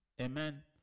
Amen